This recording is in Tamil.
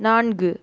நான்கு